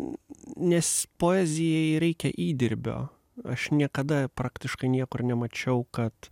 nes poezijai reikia įdirbio aš niekada praktiškai niekur nemačiau kad